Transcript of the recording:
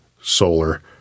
solar